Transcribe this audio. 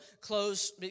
close